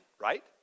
right